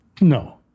No